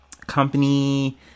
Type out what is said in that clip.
company